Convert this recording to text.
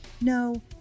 no